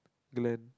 Glenn